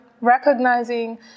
recognizing